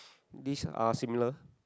these are similar